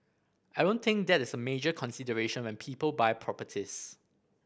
I don't think that is a major consideration when people buy properties